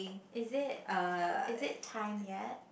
is it is it time yet